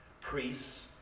priests